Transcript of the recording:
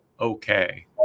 Okay